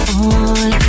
on